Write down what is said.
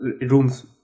rooms